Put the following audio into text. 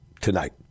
tonight